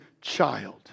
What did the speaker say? child